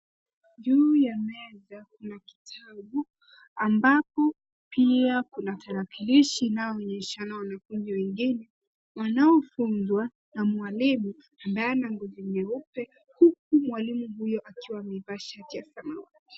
Juu ya meza kuna kitabu ambapo pia kuna tarakilishi inayoonyeshana wanafunzi wengine wanaofunzwa na mwalimu ambaye ana ngozi nyeupe huku mwalimu huyo akiwa amevaa shati ya samawati.